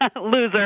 Loser